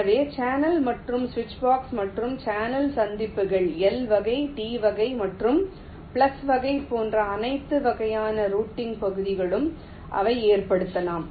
எனவே சேனல் மற்றும் சுவிட்ச்பாக்ஸ் மற்றும் சேனல் சந்திப்புகள் L வகை T வகை மற்றும் பிளஸ் வகை போன்ற அனைத்து வகையான ரூட்டிங் பகுதிகளும் அவை ஏற்படலாம்